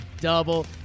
double